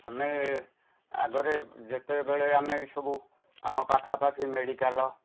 ଆମେ ଆଗରେ ଯେତେବେଳେ ଆମେ ଏସବୁ ଆମ ପାଖାପାଖି ମେଡ଼ିକାଲ୍